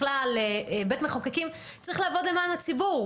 בכלל בית מחוקקים צריכים לעבוד למען הציבור.